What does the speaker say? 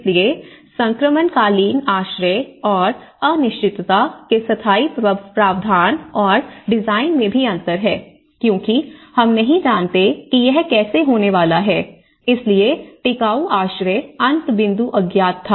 इसलिए संक्रमणकालीन आश्रय और अनिश्चितता के स्थायी प्रावधान और डिजाइन में भी अंतर है क्योंकि हम नहीं जानते कि यह कैसे होने वाला है इसलिए टिकाऊ आश्रय अंत बिंदु अज्ञात था